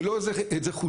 אני לא איזה חוצן,